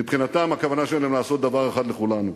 מבחינתם, הכוונה שלהם לעשות דבר אחד לכולנו,